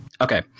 Okay